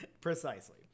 Precisely